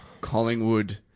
Collingwood